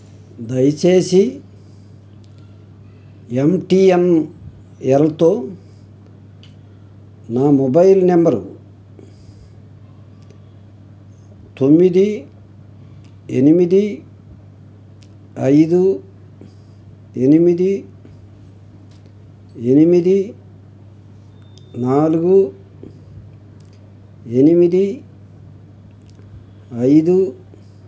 దయ చేసి ఎంటీఎన్ఎల్తో నా మొబైల్ నెంబరు తొమ్మిది ఎనిమిది ఐదు ఎనిమిది ఎనిమిది నాలుగు ఎనిమిది ఐదు